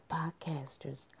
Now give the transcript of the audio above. podcasters